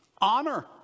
Honor